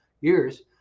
years